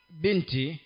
binti